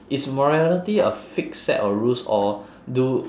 is morality a fixed set of rules or do